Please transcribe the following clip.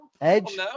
Edge